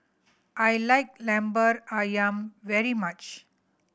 I like Lemper Ayam very much